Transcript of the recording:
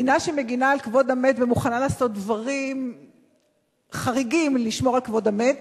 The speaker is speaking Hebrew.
מדינה שמגינה על כבוד המת ומוכנה לעשות דברים חריגים לשמור על כבוד המת,